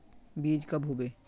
बीज कब होबे?